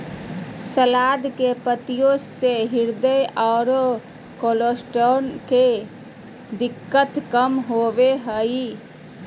सलाद के पत्तियाँ से हृदय आरो कोलेस्ट्रॉल के दिक्कत कम होबो हइ